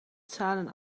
zahlen